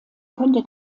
könnte